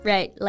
Right